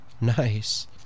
Nice